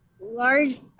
large